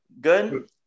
good